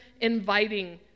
inviting